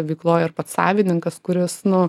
veikloj ar pats savininkas kuris nu